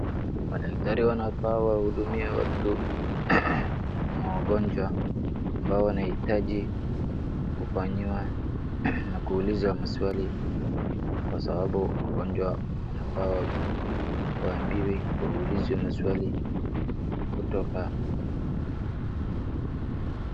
Madaktari wanaaa wahudumie watu na wagonjwa ambao wanahitaji kufanyiwa na kuuliza maswali kwa sababu mgonjwa anafaa waambiwe waulize maswali kutoka.